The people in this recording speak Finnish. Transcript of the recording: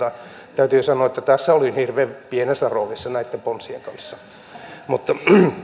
täytyy sanoa että tässä olin hirveän pienessä roolissa näitten ponsien kanssa mutta